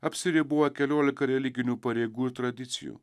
apsiriboja keliolika religinių pareigų ir tradicijų